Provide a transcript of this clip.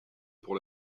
pour